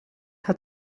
hat